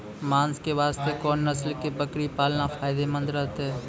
मांस के वास्ते कोंन नस्ल के बकरी पालना फायदे मंद रहतै?